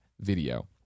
video